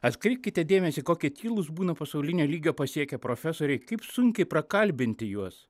atkreipkite dėmesį kokie tylūs būna pasaulinio lygio pasiekę profesoriai kaip sunkiai prakalbinti juos